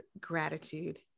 gratitude